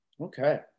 Okay